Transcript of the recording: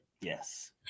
Yes